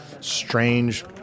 strange